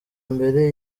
mbere